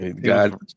God